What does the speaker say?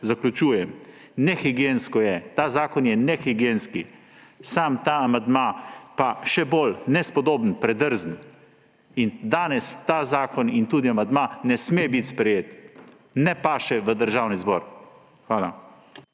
zaključujem, nehigiensko je. Ta zakon je nehigienski, sam ta amandma pa še bolj nespodoben, predrzen. In danes ta zakon in tudi amandma ne sme biti sprejet. Ne paše v Državni zbor. Hvala.